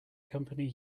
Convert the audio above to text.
company